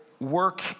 work